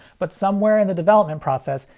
but somewhere in the development process,